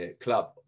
club